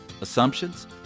assumptions